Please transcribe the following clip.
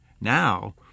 now